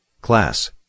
Class